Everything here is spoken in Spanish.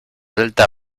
delta